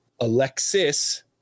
Alexis